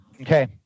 Okay